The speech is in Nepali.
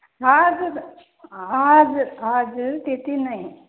हजुर हजुर हजुर त्यति नै